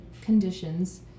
conditions